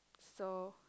so